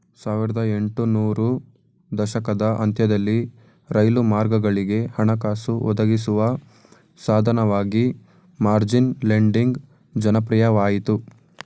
ಸಾವಿರದ ಎಂಟು ನೂರು ದಶಕದ ಅಂತ್ಯದಲ್ಲಿ ರೈಲು ಮಾರ್ಗಗಳಿಗೆ ಹಣಕಾಸು ಒದಗಿಸುವ ಸಾಧನವಾಗಿ ಮಾರ್ಜಿನ್ ಲೆಂಡಿಂಗ್ ಜನಪ್ರಿಯವಾಯಿತು